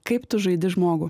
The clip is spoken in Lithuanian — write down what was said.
kaip tu žaidi žmogų